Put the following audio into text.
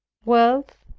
wealth,